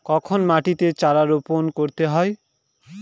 কখন মাটিতে চারা রোপণ করতে হয়?